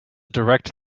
direct